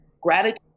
gratitude